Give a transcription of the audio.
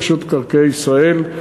רשות מקרקעי ישראל,